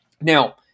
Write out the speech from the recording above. Now